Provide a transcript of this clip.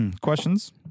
questions